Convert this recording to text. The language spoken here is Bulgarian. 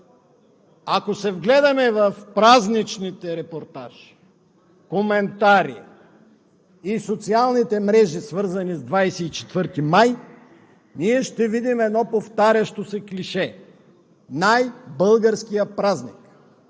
Ако се вгледаме в празничните репортажи, коментари и социалните мрежи, свързани с 24-ти май, ние ще видим едно повтарящо се клише: най-българският празник.